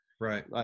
Right